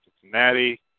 Cincinnati